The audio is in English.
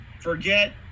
forget